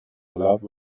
love